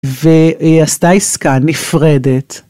והיא עשתה עסקה נפרדת